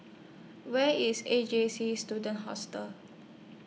Where IS A J C Student Hostel